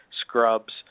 scrubs